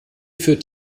führt